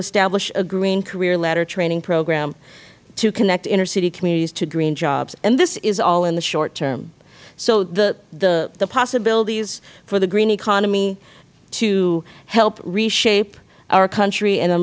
establish a green career ladder training program to connect inner city communities to green jobs and this is all in the short term so the possibilities for the green economy to help reshape our country